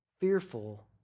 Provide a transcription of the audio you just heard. fearful